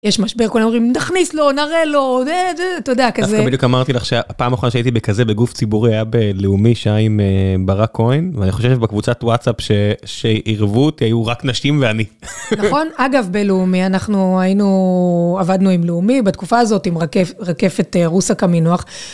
יש משבר, כולם אומרים, נכניס לו, נראה לו, אתה יודע, כזה. דווקא בדיוק אמרתי לך שהפעם האחרונה שהייתי בכזה בגוף ציבורי, היה בלאומי שהיה עם ברק כהן, ואני חושב שבקבוצת וואטסאפ שעירבו אותי היו רק נשים ואני. נכון. אגב, בלאומי, אנחנו היינו, עבדנו עם לאומי בתקופה הזאת עם רקפת רוסקה מינוח.